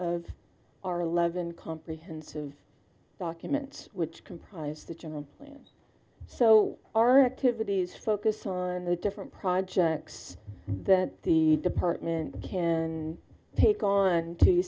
of our eleven comprehensive document which comprise the general plan so our activities focus on the different projects that the department can take on to